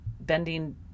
bending